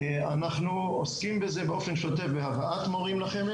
אנחנו עוסקים בזה באופן שוטף בהבאת מורים לחמ"ד,